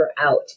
out